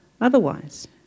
Otherwise